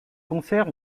concerts